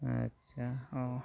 ᱟᱪᱪᱷᱟ ᱦᱳᱭ